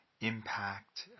impact